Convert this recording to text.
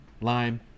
lime